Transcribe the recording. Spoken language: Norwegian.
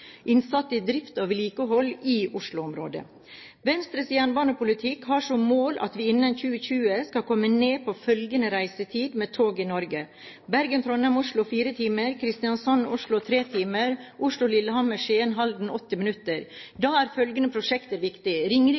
drift og vedlikehold i Oslo-området. Venstres jernbanepolitikk har som mål at vi innen 2020 skal komme ned på følgende reisetid med tog i Norge: Bergen/Trondheim–Oslo: 4 timer Kristiansand–Oslo: 3 timer Oslo–Lillehammer/Skien/Halden: 80 minutter Da er følgende prosjekter